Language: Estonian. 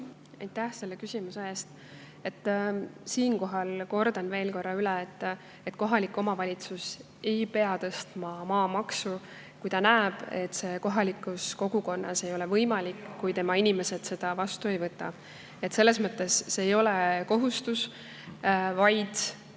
Aitäh selle küsimuse eest! Siinkohal kordan veel korra üle, et kohalik omavalitsus ei pea tõstma maamaksu, kui ta näeb, et see kohalikus kogukonnas ei ole võimalik, kui tema inimesed seda vastu ei võta. See ei ole kohustus, see